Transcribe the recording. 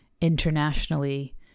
internationally